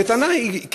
הטענה היא,